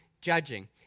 judging